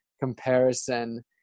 comparison